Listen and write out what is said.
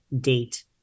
date